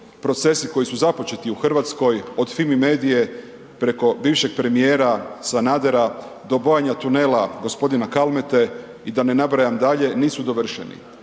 procesi koji su započeti u RH, od Fimi medije preko bivšeg premijera Sanadera do bojanja tunela g. Kalmete i da ne nabrajam dalje, nisu dovršeni,